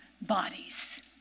bodies